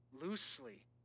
loosely